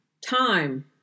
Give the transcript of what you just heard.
time